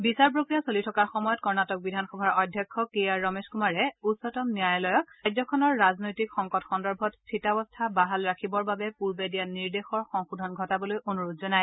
বিচাৰ প্ৰক্ৰিয়া চলি থকাৰ সময়ত কৰ্ণাটক বিধানসভাৰ অধ্যক্ষ কে আৰ ৰমেশ কুমাৰে উচ্চতম ন্যায়ালয়ক ৰাজ্যখনৰ ৰাজনৈতিক সংকট সন্দৰ্ভত স্থিতাৱস্থা বাহাল ৰাখিবৰ বাবে পূৰ্বে দিয়া নিৰ্দেশৰ সংশোধন ঘটাবলৈ অনুৰোধ জনায়